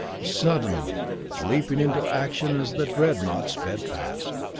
suddenly leaped into action as the dreadnoughts sped past.